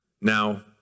Now